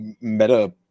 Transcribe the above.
meta